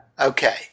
Okay